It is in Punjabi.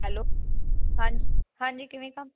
ਹੈਲੋ ਹਾਂਜੀ ਹਾਂਜੀ ਕਿਵੇਂ ਕਮ